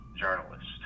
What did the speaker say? journalist